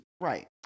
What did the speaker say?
right